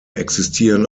existieren